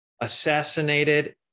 assassinated